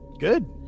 good